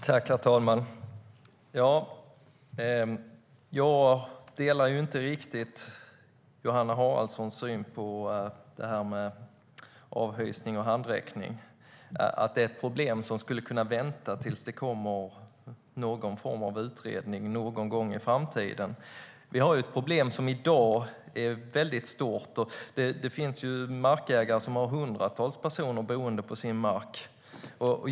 Herr talman! Jag delar inte riktigt Johanna Haraldssons syn på detta med avhysning och handräckning, att man skulle kunna vänta med att åtgärda problemet tills det kommer någon form av utredning någon gång i framtiden. Vi har ett problem som i dag är mycket stort. Det finns markägare som har hundratals personer boende på sin mark.